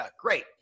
Great